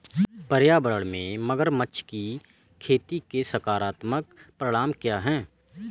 पर्यावरण में मगरमच्छ की खेती के सकारात्मक परिणाम क्या हैं?